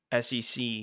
SEC